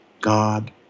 God